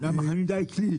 למה חנית אצלי?